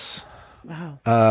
Wow